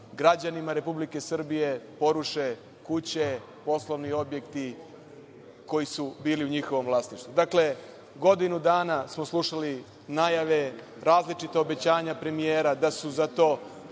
građanima Republike Srbije poruše kuće, poslovni objekti, koji su bili u njihovom vlasništvu. Dakle, godinu dana smo slušali najave, različita obećanja premijera da su za to